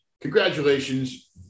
Congratulations